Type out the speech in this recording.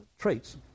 traits